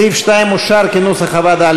סעיף 2 אושר כנוסח הוועדה.